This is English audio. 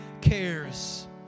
cares